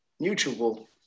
mutual